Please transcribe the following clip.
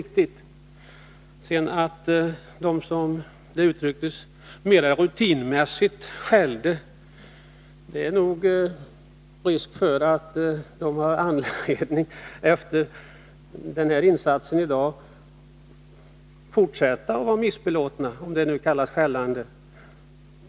Att man sedan, som det uttrycktes, mera rutinmässigt skällde beror nog på att man har anledning till det. Och det är risk för att man har anledning att efter insatsen här i dag fortsätta att vara missbelåten — om det nu kan kallas skällande.